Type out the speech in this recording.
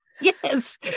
Yes